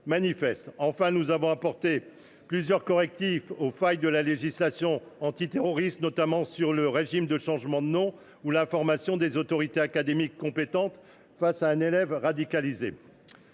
Enfin, nous avons apporté plusieurs correctifs aux failles de la législation antiterroriste, notamment à propos du régime de changement de nom ou de l’information des autorités académiques compétentes en cas de radicalisation